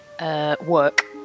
work